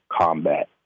combat